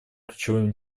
ключевым